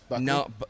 No